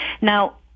Now